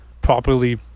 properly